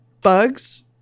bugs